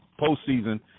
postseason